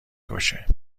کشه